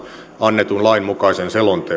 annetun lain mukaisen selonteon